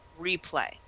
replay